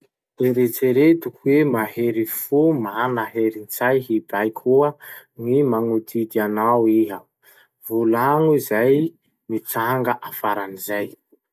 Eritsereto hoe mahery fo mana herintsay hibaikoa gny magnodidy anao iha. Volagno zay hitranga afaran'izay.